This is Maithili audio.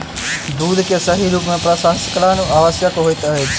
दूध के सही रूप में प्रसंस्करण आवश्यक होइत अछि